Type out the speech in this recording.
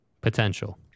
Potential